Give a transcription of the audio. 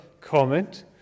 comment